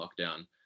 lockdown